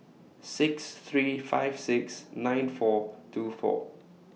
six three five six nine four two four